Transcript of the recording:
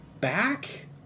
back